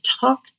talk